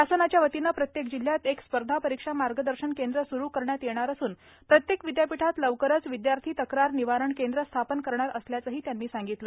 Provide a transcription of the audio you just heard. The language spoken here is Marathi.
शासनाच्या वतीनं प्रत्येक जिल्ह्यात एक स्पर्धा परीक्षा मागदर्शन केंद्र सुरू करण्यात येणार असून प्रत्येक विदयापीठात लवकरच विदयार्थी तक्रार निवारण केंद्र स्थापन करणार असल्याचं त्यांनी सांगितलं